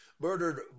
murdered